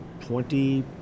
twenty